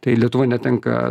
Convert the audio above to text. tai lietuva netenka